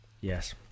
yes